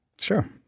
Sure